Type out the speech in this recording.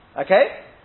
Okay